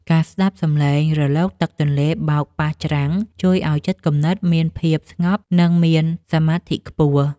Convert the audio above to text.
ការស្ដាប់សំឡេងរលកទឹកទន្លេបោកប៉ះច្រាំង ជួយឱ្យចិត្តគំនិតមានភាពស្ងប់ និងមានសមាធិខ្ពស់។